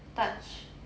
touch